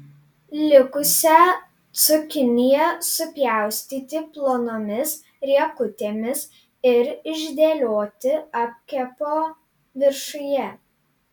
likusią cukiniją supjaustyti plonomis riekutėmis ir išdėlioti apkepo viršuje